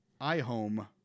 iHome